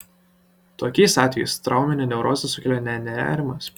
tokiais atvejais trauminę neurozę sukelia ne nerimas